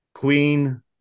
Queen